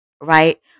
right